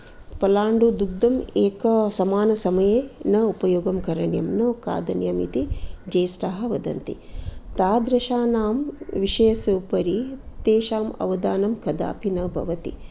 पलाण्डुदुग्घं एके समान समये न उपयोगं करणीयं न कादनीयम् इति ज्येष्ठाः वदन्ति तादृशानां विषयस्य उपरि तेषां अवदानं कदापि न भवति